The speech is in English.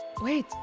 Wait